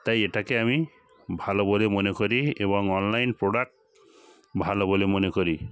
তাই এটাকে আমি ভালো বলে মনে করি এবং অনলাইন প্রোডাক্ট ভালো বলে মনে করি